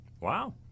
Wow